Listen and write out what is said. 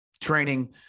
training